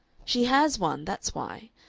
she has one, that's why.